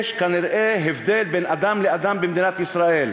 כנראה יש הבדל בין אדם לאדם במדינת ישראל.